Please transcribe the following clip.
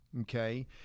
Okay